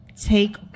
take